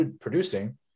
producing